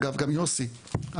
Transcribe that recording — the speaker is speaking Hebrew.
גם יוסי,